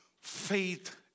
Faith